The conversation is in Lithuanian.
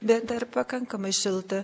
bet dar pakankamai šilta